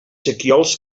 sequiols